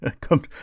come